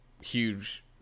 huge